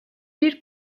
bir